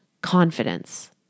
confidence